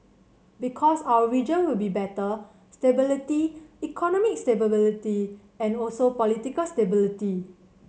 because our region will be better stability economic stability and also political stability